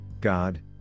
God